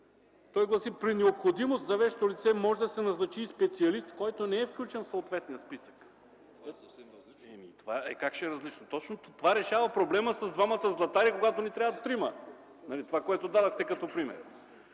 Той гласи: „При необходимост за вещо лице може да се назначи и специалист, който не е включен в съответния списък.” (Реплики.) Е, как ще е различно? Това решава проблема с двамата златари, когато ни трябват трима. Това е, което дадохте като пример.